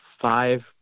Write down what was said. five